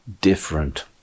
different